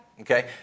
Okay